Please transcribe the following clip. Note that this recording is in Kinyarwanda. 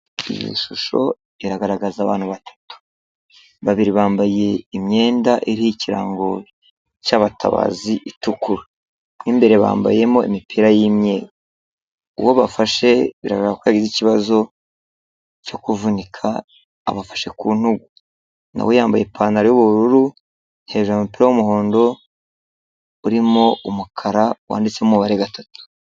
Iyi shusho iragaragaza abantu batatu, babiri bambaye imyenda iri ikirango cy'abatabazi itukura, mo imbere bambayemo imipira yimyeru, uwo bafashe biragaragara ko yagize ikibazo cyo kuvunika abafashe ku ntugu, nawe yambaye ipantaro y'ubururu hejuru umupira w'umuhondo urimo umukara wanditse umubare gatatu.